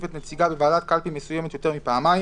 את נציגה בוועדת קלפי מסוימת יותר מפעמיים,